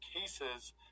cases